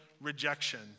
rejection